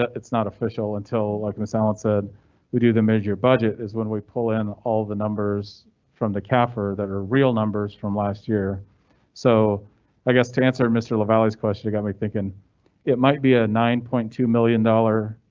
it's not official until like this allen said we do. the major budget is when we pull in all the numbers from the that are real numbers from last year so i guess to answer mr lavalle's question, you got me thinking it might be a nine point two million dollar.